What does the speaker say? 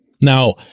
Now